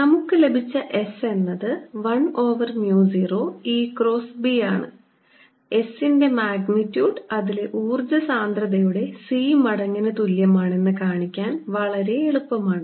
നമുക്ക് ലഭിച്ച S എന്നത് 1 over mu 0 E cross B ആണ് S ൻറെ മാഗ്നിറ്റ്യൂഡ് അതിലെ ഊർജ്ജ സാന്ദ്രതയുടെ C മടങ്ങിന് തുല്യമാണെന്ന് കാണിക്കാൻ വളരെ എളുപ്പമാണ്